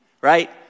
Right